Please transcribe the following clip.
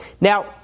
Now